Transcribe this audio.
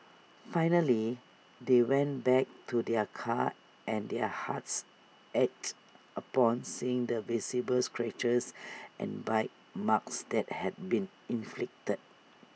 finally they went back to their car and their hearts ached upon seeing the visible scratches and bite marks that had been inflicted